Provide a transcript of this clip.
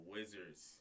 Wizards